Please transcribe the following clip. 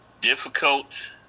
Difficult